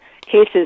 cases